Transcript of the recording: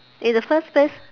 in the first place